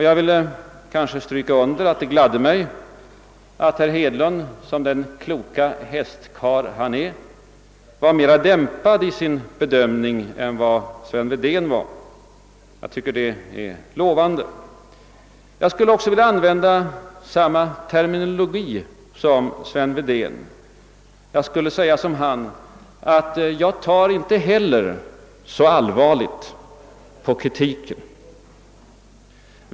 Jag kan konstatera att herr Hedlund som den kloka hästkarl han är var mera dämpad i sin bedömning än vad Sven Wedén var. Jag tycker detta är lovande. Jag skulle också vilja använda samma terminologi som Sven Wedén. Jag tar alltså inte »så allvarligt» på kritiken.